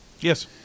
Yes